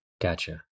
Gotcha